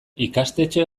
ikastetxe